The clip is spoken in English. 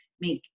make